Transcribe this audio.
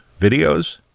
Videos